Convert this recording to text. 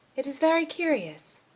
it is very curious.